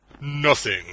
Nothing